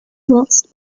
whilst